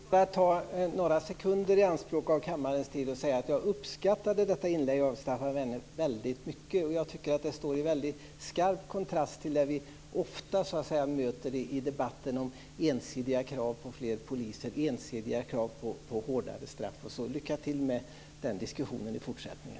Fru talman! Jag vill bara ta några sekunder av kammarens tid i anspråk och säga att jag uppskattade detta inlägg av Staffan Werme väldigt mycket. Jag tycker att det står i mycket skarp kontrast till det vi ofta möter i debatten: ensidiga krav på fler poliser, ensidiga krav på hårdare straff. Lycka till med den diskussionen i fortsättningen!